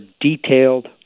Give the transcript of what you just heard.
detailed